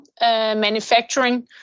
manufacturing